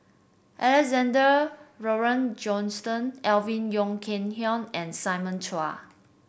Alexander Laurie Johnston Alvin Yeo Khirn Hai and Simon Chua